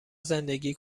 زندگی